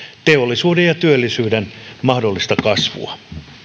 teollisuuden ja työllisyyden mahdollista kasvua